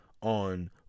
on